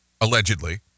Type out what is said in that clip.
allegedly